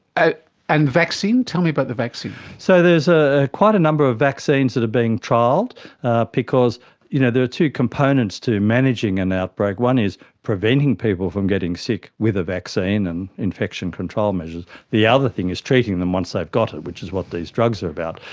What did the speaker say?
and vaccine? tell me about the vaccine. so there's ah quite a number of vaccines that are being trialled because you know there are two components to managing an outbreak, one is preventing people from getting sick with a vaccine and infection control measures, the other thing is treating them once they've got it, which is what these drugs are about.